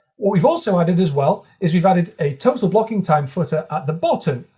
what we've also added as well is we've added a total blocking time footer at the bottom.